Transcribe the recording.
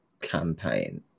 campaign